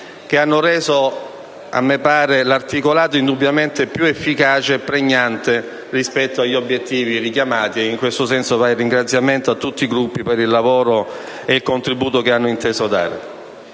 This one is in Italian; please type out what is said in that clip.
- hanno reso l'articolato indubbiamente più efficace e pregnante rispetto agli obiettivi richiamati. In questo senso va il ringraziamento a tutti i Gruppi per il lavoro e il contributo che hanno inteso dare.